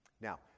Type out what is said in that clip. Now